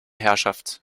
herrschaft